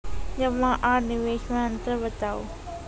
जमा आर निवेश मे अन्तर बताऊ?